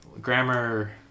grammar